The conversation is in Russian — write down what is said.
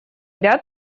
ряд